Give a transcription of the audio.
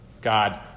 God